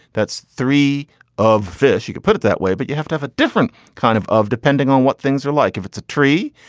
that's three of fish. you could put it that way, but you have to have a different kind of of depending on what things are like if it's a tree.